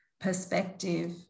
perspective